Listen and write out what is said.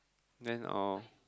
then orh